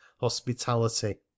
hospitality